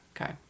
Okay